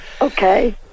Okay